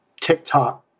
tiktok